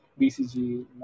BCG